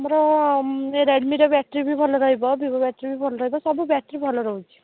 ଆମର ରେଡ଼ମିର ବ୍ୟାଟେରୀ ବି ଭଲ ରହିବ ଭିଭୋ ବ୍ୟାଟେରୀ ବି ଭଲ ରହିବ ସବୁ ବ୍ୟାଟେରୀ ଭଲ ରହୁଛି